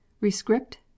RESCRIPT